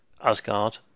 Asgard